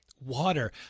water